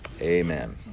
amen